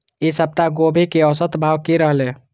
ई सप्ताह गोभी के औसत भाव की रहले?